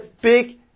big